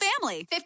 family